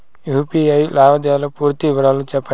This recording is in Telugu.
యు.పి.ఐ లావాదేవీల పూర్తి వివరాలు సెప్పండి?